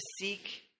seek